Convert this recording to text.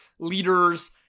leaders